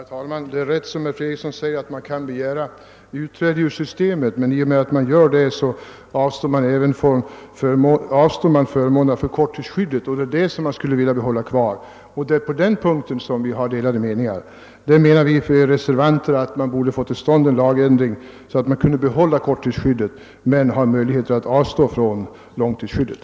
Herr talman! Det är rätt som herr Fredriksson säger, att man kan begära utträde ur systemet. Men om man gör det avstår man från förmånen av korttidsskydd, och det är den förmånen som jag skulle vilja behålla. Det är på den punkten vi har delade meningar. Vi reservanter anser att vi borde få till stånd en lagändring så att man kunde behålla korttidsskyddet men ha möjlighet att avstå från långtidsskyddet.